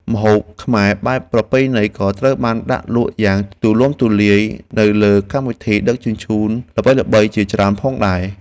ម្ហូបខ្មែរបែបប្រពៃណីក៏ត្រូវបានដាក់លក់យ៉ាងទូលំទូលាយនៅលើកម្មវិធីដឹកជញ្ជូនល្បីៗជាច្រើនផងដែរ។